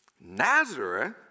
Nazareth